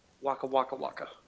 Waka-waka-waka